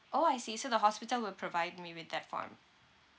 orh I see so the hospital will provide me with that form